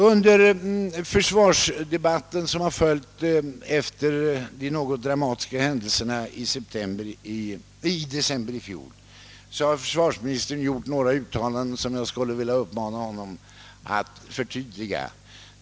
Under den försvarsdebatt som har följt efter de något dramatiska händelserna i december i fjol har försvarsministern gjort några uttalanden, som jag skulle vilja uppmana honom att förtydliga.